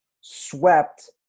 swept –